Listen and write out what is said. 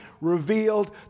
revealed